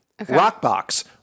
Rockbox